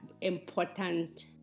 important